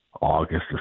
August